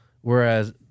Whereas